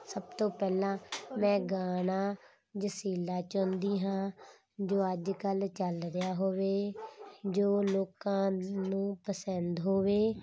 ਸਭ ਤੋਂ ਪਹਿਲਾਂ ਮੈਂ ਗਾਣਾ ਜੋਸ਼ੀਲਾ ਚਾਹੁੰਦੀ ਹਾਂ ਜੋ ਅੱਜ ਕੱਲ੍ਹ ਚੱਲ ਰਿਹਾ ਹੋਵੇ ਜੋ ਲੋਕਾਂ ਨੂੰ ਪਸੰਦ ਹੋਵੇ